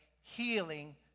healing